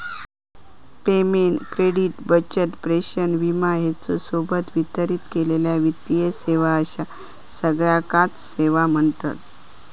payment, credit, बचत, प्रेषण, विमा ह्येच्या सोबत वितरित केलेले वित्तीय सेवा अश्या सगळ्याकांच सेवा म्ह्णतत